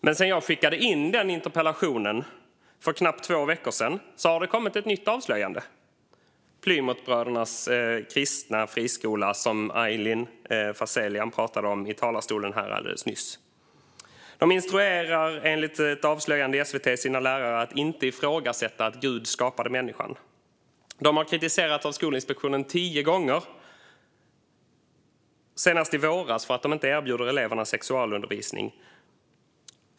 Men sedan jag skickade in min interpellation för knappt två veckor sedan har det kommit ett nytt avslöjande: Plymouthbrödernas kristna friskola, som Aylin Fazelian nyss tog upp i talarstolen. Enligt ett avslöjande i SVT instruerar de sina lärare att inte ifrågasätta att Gud skapade människan. De har kritiserats av Skolinspektionen tio gånger, senast i våras, för att de inte erbjuder eleverna sexualundervisning.